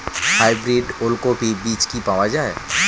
Hybrid ওলকফি বীজ কি পাওয়া য়ায়?